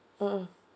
mmhmm